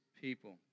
people